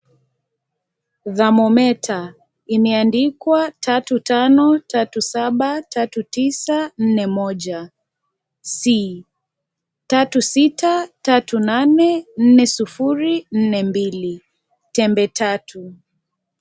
Thamometa imeandikwa tatu tano, tatu saba, tatu tisa, nne moja c tatu sita, tatu nane, nne sufuli, nne mbili tembe tatu.